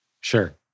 Sure